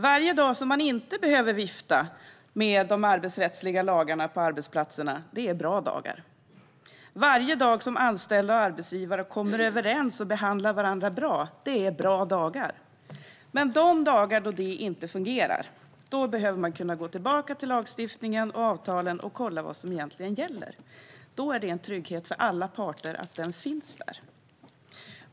Varje dag man inte behöver vifta med de arbetsrättsliga lagarna på arbetsplatserna är en bra dag. Varje dag anställda och arbetsgivare kommer överens och behandlar varandra bra är en bra dag. Men de dagar då detta inte fungerar behöver man kunna gå tillbaka till lagstiftningen och avtalen och se vad som egentligen gäller. Då är det en trygghet för alla parter att den finns där.